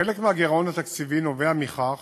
חלק מהגירעון התקציבי נובע מכך